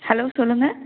hello சொல்லுங்கள்